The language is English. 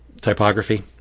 typography